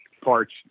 parts